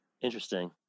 interesting